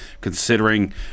considering